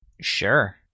Sure